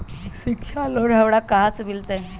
शिक्षा लोन हमरा कहाँ से मिलतै?